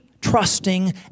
trusting